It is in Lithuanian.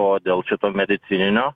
o dėl šito medicininio